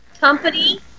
Company